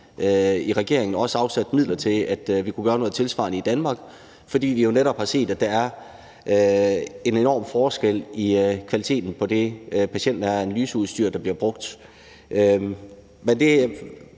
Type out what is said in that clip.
i regeringen også afsatte midler til, at vi kunne gøre noget tilsvarende i Danmark, fordi vi jo netop har set, at der er en enorm forskel i kvaliteten af det patientnære analyseudstyr, der bliver brugt. Men det